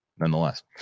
nonetheless